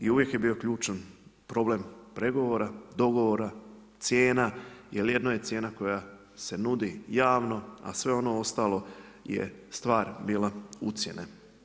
I uvijek je bio ključan problem pregovora, dogovora, cijena, jer jedno je cijena koja se nudi javno, a sve ono ostalo je stvar bila ucjene.